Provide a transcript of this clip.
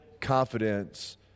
confidence